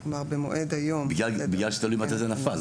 בגלל שתלוי מתי זה נפל.